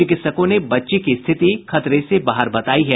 चिकित्सकों ने बच्ची की स्थिति खतरे से बाहर बतायी है